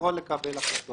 הוא יכול לקבל החלטות שלו.